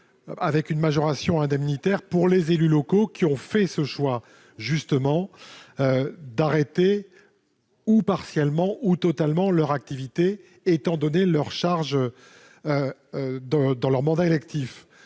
avec une majoration indemnitaire pour les élus locaux qui ont fait le choix d'arrêter, partiellement ou totalement, leur activité, étant donné leurs charges électives.